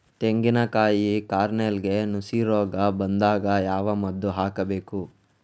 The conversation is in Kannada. ತೆಂಗಿನ ಕಾಯಿ ಕಾರ್ನೆಲ್ಗೆ ನುಸಿ ರೋಗ ಬಂದಾಗ ಯಾವ ಮದ್ದು ಹಾಕಬೇಕು?